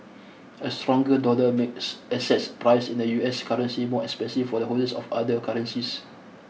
a stronger dollar makes assets priced in the U S currency more expensive for holders of other currencies